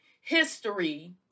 history